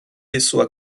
vaisseaux